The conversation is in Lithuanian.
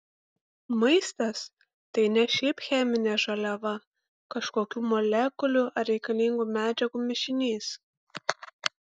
maistas tai ne šiaip cheminė žaliava kažkokių molekulių ar reikalingų medžiagų mišinys